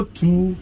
two